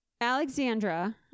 Alexandra